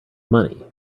money